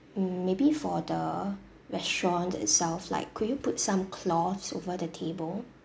mm maybe for the restaurant itself like could you put some cloths over the table